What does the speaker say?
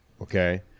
Okay